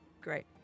Great